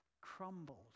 crumbled